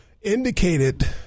indicated